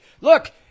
Look